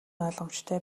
ойлгомжтой